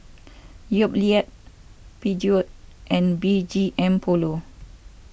Yoplait Peugeot and B G M Polo